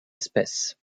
espèce